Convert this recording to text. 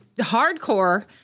hardcore